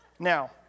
Now